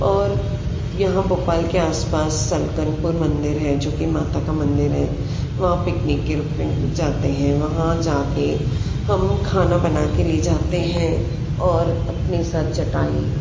और यहाँ भोपाल के आस पास सलकनपुर मंदिर है जो कि माता का मंदिर है वहाँ पिकनिक के रूप में जाते हैं वहाँ जा कर हम खाना बना कर ले जाते हैं और अपने साथ चटाई